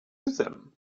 them